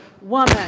woman